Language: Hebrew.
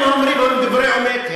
הם אומרים דברי אמת,